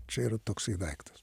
čia yra toksai daiktas